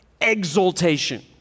exaltation